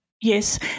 Yes